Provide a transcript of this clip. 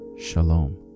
Shalom